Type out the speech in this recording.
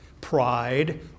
pride